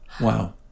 Wow